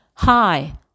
Hi